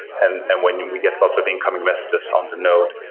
and and when we get lots of incoming messages on the node,